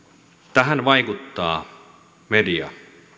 tähän vaikuttaa media